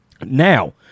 Now